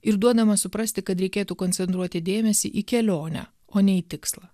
ir duodama suprasti kad reikėtų koncentruoti dėmesį į kelionę o ne į tikslą